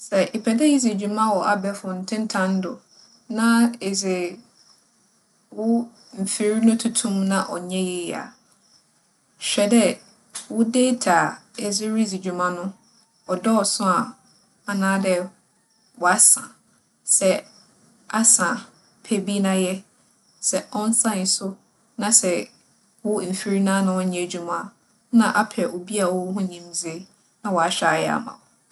Sɛ epɛ dɛ idzi dwuma wͻ abaefor ntentan do, na edze wo mfir no toto mu na ͻnnyɛ yie a, hwɛ dɛ wo deeta a edze ridzi dwuma no, ͻdͻͻso a anaadɛ ͻasa a. Sɛ asa a, pɛ bi na yɛ. Sɛ ͻnnsae so na sɛ wo mfir noara na ͻnnyɛ edwuma a, nna apɛ obi a ͻwͻ ho nyimdzee na ͻahwɛ ayɛ ama wo.